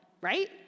right